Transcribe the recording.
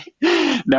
No